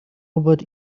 about